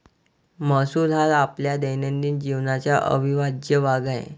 महसूल हा आपल्या दैनंदिन जीवनाचा अविभाज्य भाग आहे